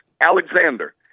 Alexander